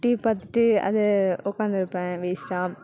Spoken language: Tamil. டிவி பார்த்துட்டு அது உட்காந்துருப்பேன் வேஸ்ட்டாக